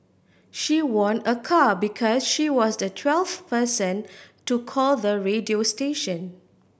she won a car because she was the twelfth person to call the radio station